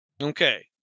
Okay